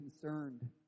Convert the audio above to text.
concerned